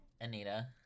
Anita